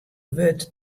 wurdt